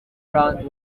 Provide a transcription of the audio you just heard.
round